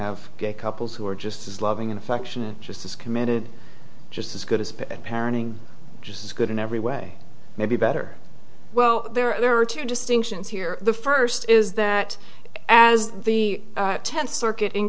have gay couples who are just as loving and affectionate just as committed just as good as parenting just as good in every way maybe better well there are two distinctions here the first is that as the tenth circuit in